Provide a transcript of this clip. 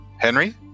Henry